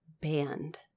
band